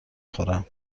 خورم